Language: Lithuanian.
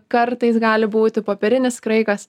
kartais gali būti popierinis kraikas